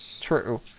true